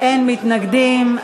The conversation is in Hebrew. אין מתנגדים.